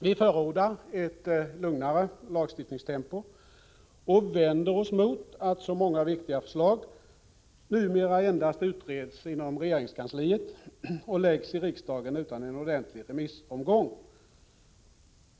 Vi förordar ett lugnare lagstiftningstempo och vänder oss mot att så många viktiga förslag numera endast utreds inom regeringskansliet och läggs fram i riksdagen utan en ordentlig remissomgång.